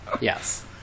Yes